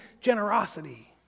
generosity